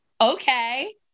okay